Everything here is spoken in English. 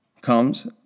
comes